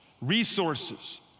resources